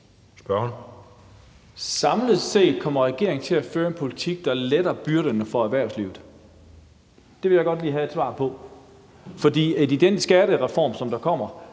(UFG): Samlet set kommer regeringen til at føre en politik, der letter byrderne for erhvervslivet – det vil jeg godt lige have et svar i forhold til. For i den skattereform, der kommer,